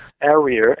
area